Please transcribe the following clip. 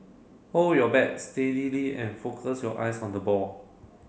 hold your bat steadily and focus your eyes on the ball